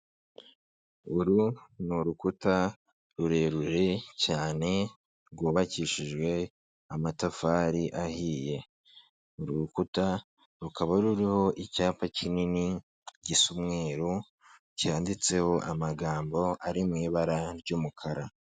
Uru ni urukuta rurerure cyane rwubakishijwe amatafari ahiye. Uru rukuta rukaba ruriho icyapa kinini gisa umweru cyanditseho amagambo ari mu ibara ry'umukara.